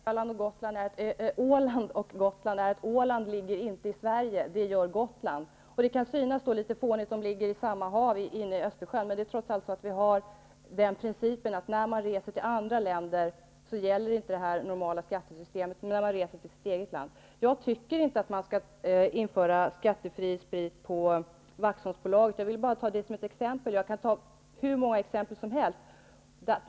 Herr talman! Skillnaden mellan Åland och Gotland är att Åland inte ligger i Sverige, men det gör Gotland. Det kan synas litet fånigt, för de ligger i samma hav, Östersjön. Men vi har ju den principen, att när man reser till andra länder, gäller inte det normala skattesystemet. Jag tycker inte vi skall införa skattefri sprit på Waxholmsbolaget. Jag tog det bara som ett exempel, och jag kan ge hur många exempel som helst.